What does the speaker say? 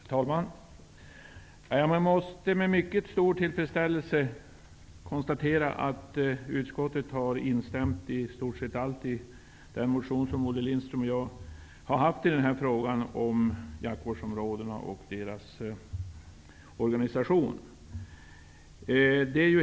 Herr talman! Jag måste med mycket stor tillfredsställelse konstatera att utskottet i så gott som allt har instämt i den motion som Olle Lindström och jag har väckt i frågan om jaktvårdsområdena och deras organisation.